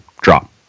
drop